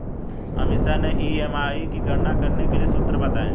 Amisha EMI ई.एम.आई की गणना करने के लिए सूत्र बताए